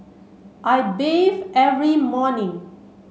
I bathe every morning